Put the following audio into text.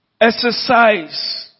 Exercise